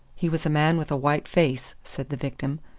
he was a man with a white face, said the victim,